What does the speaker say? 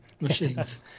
machines